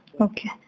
Okay